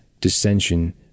dissension